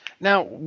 Now